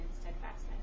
steadfastness